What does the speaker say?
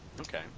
Okay